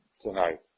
tonight